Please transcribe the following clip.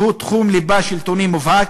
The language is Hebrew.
שהוא תחום ליבה שלטוני מובהק,